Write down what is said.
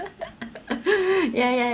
ya ya